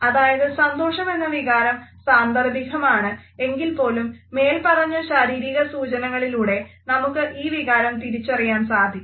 അതായത് സന്തോഷം എന്ന വികാരം സാന്ദർഭികമാണ് എങ്കിൽപ്പോലും മേൽപ്പറഞ്ഞ ശാരീരികസൂചനകളിലൂടെ നമുക്ക് ഈ വികാരം തിരിച്ചറിയാൻ സാധിക്കും